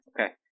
Okay